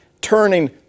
turning